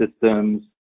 systems